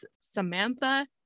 Samantha